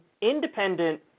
independent